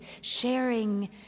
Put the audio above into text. sharing